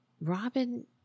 Robin